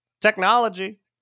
technology